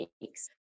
weeks